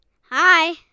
Hi